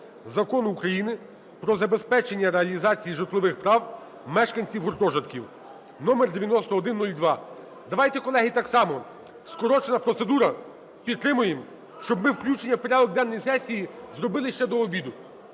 Закону України "Про забезпечення реалізації житлових прав мешканців гуртожитків" (№ 9102). Давайте, колеги, так само: скорочена процедура, підтримуємо, щоби ми включення у порядок денний сесії, щоб ми включили у